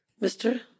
mister